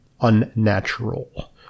unnatural